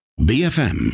BFM